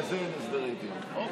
לזה אין הסדרי דיון.